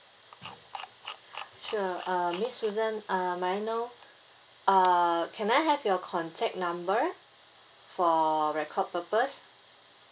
sure uh miss susan uh may I know uh can I have your contact number for record purpose